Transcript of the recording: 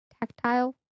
tactile